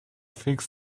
fix